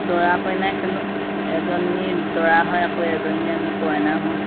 দৰা কইনা খেলোঁ এজনী দৰা হয় আকৌ এজনী আমি কইনা হওঁ